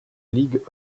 ligue